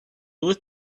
lit